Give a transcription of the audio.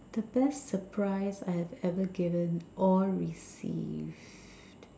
the best surprise I have ever given or received